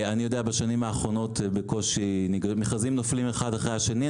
בשנים האחרונות מכרזים נופלים אחד אחרי השני.